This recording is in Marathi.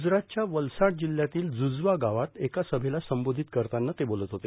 गुजरातच्या वलसाड जिल्हयातील जुजवा गावात एका सभेला संबोधित करताना ते बोलत होते